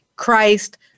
Christ